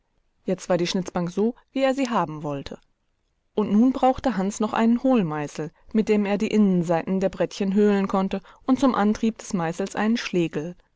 jetzt war die schnitzbank so wie er sie haben wollte und nun brauchte hans noch einen hohlmeißel mit dem er die innenseiten der brettchen höhlen konnte und zum antrieb des meißels einen schlegel